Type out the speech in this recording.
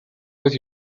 with